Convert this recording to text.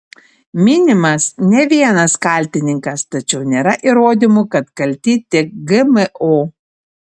minimas ne vienas kaltininkas tačiau nėra įrodymų kad kalti tik gmo